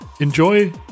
enjoy